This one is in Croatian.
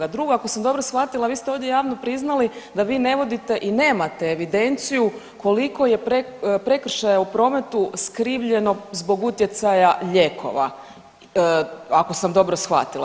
A drugo, ako sam dobro shvatila vi ste ovdje javno priznali da vi ne vodite i nemate evidenciju koliko je prekršaja u prometu skrivljeno zbog utjecaja lijekova, ako sam dobro shvatila.